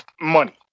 money